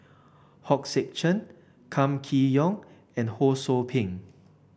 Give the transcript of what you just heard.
Hong Sek Chern Kam Kee Yong and Ho Sou Ping